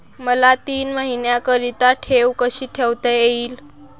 मला तीन महिन्याकरिता ठेव कशी ठेवता येईल?